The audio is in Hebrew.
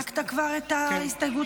נימקת כבר את ההסתייגות?